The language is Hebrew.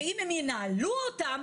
ואם הם ינהלו אותם,